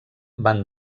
van